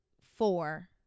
four